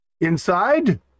Inside